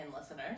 listeners